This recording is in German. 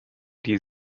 die